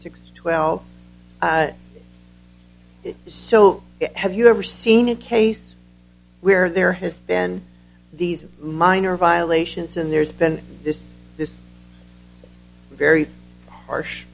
six twelve so have you ever seen a case where there has been these minor violations and there's been this this very harsh